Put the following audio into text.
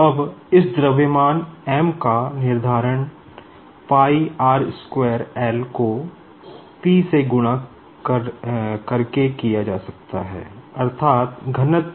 अब इस द्रव्यमान m का निर्धारण को से गुणा करके किया जा सकता है अर्थात् घनत्व